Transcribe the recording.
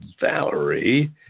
Valerie